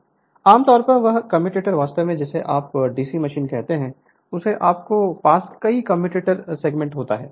Refer Slide Time 0741 आम तौर पर वह कम्यूटेटर वास्तव में जिसे आप डीसी मशीन कहते हैं उसमें आपके पास कई कम्यूटेटर सेगमेंट होते हैं